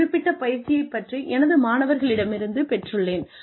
இந்த குறிப்பிட்ட பயிற்சியைப் பற்றி எனது மாணவர்களிடமிருந்து பெற்றுள்ளேன்